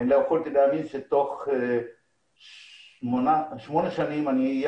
לא יכולתי להאמין שתוך שמונה שנים אני אהיה